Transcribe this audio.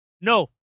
No